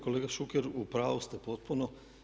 Kolega Šuker, u pravu ste potpuno.